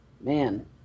man